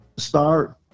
Start